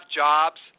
jobs